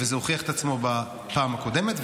וזה הוכיח את עצמו בפעם הקודמת,